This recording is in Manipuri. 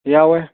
ꯌꯥꯎꯋꯦ